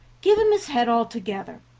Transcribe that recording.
give him his head altogether.